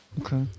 Okay